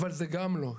אבל גם זה לא,